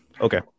Okay